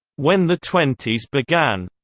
when the twenties began.